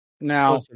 Now